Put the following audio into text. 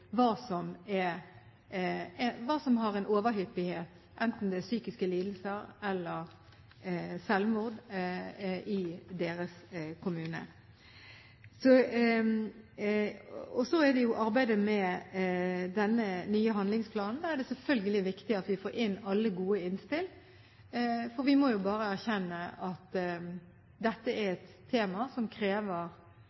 enten det er psykiske lidelser eller selvmord, i deres kommune. Når det gjelder arbeidet med denne nye handlingsplanen, er det selvfølgelig viktig at vi får inn alle gode innspill, for vi må bare erkjenne at dette er